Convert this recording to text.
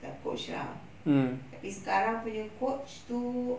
the coach uh tapi sekarang punya coach itu